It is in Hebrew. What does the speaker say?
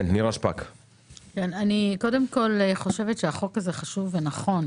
אני חושבת שהחוק הזה חשוב ונכון.